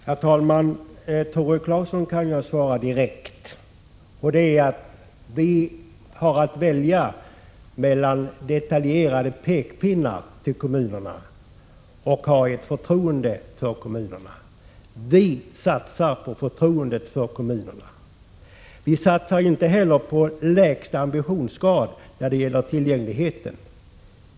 Herr talman! Jag kan direkt svara Tore Claeson att vi har att välja mellan att ge detaljerade pekpinnar till kommunerna och att visa kommunerna ett förtroende. Vi socialdemokrater satsar på förtroendet för kommunerna. Vi satsar heller inte på lägsta ambitionsgrad när det gäller tillgängligheten.